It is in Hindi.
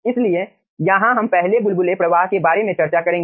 इसलिए यहां हम पहले बुलबुले प्रवाह के बारे में चर्चा करेंगे